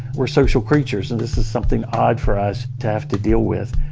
we're social creatures, and this is something odd for us to have to deal with.